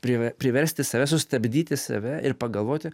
prive priversti save sustabdyti save ir pagalvoti